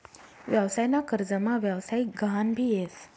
व्यवसाय ना कर्जमा व्यवसायिक गहान भी येस